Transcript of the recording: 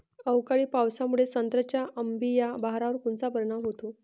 अवकाळी पावसामुळे संत्र्याच्या अंबीया बहारावर कोनचा परिणाम होतो?